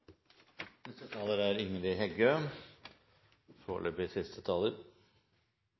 Neste taler er